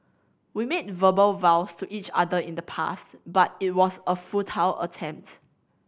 we made verbal vows to each other in the past but it was a futile attempt